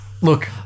Look